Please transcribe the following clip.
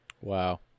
Wow